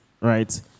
right